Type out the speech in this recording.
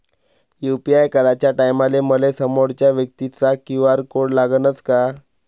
UPI कराच्या टायमाले मले समोरच्या व्यक्तीचा क्यू.आर कोड लागनच का?